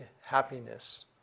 happiness